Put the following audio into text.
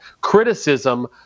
criticism